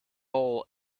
all